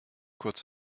kurz